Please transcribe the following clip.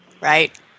Right